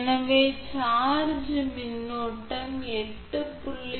எனவே சார்ஜ் மின்னோட்டம் 8